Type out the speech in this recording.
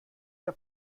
der